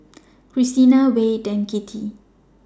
Christina Wade and Kittie